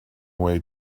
way